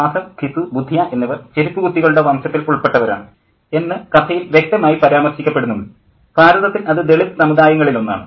മാധവ് ഘിസു ബുധിയ എന്നിവർ ചെരുപ്പു കുത്തികളുടെ വംശത്തിൽ ഉൾപ്പെട്ടവരാണ് എന്ന് കഥയിൽ വ്യക്തമായി പരാമർശിക്കപ്പെടുന്നുണ്ട് ഭാരതത്തിൽ അത് ദളിത് സമുദായങ്ങളിൽ ഒന്നാണ്